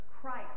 Christ